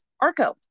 Arco